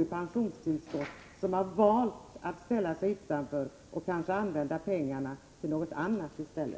i pensionstillskott än den som har valt att ställa sig utanför och kanske i stället använda pengarna till någonting annat.